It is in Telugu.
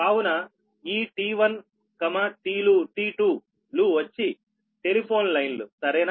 కావున ఈ T1T2 లు వచ్చి టెలిఫోన్ లైన్లు సరేనా